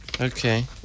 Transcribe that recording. Okay